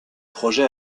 projet